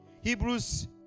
Hebrews